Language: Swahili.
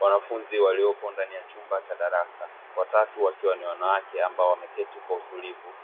Wanafunzi waliopo ndani ya chumba cha darasa. Watatu wakiwa ni wanawake ambao wameketi kwa utulivu